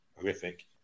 Horrific